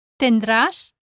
tendrás